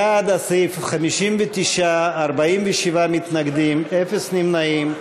בעד הסעיף, 59, 47 מתנגדים, אפס נמנעים.